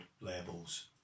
labels